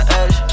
edge